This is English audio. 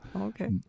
Okay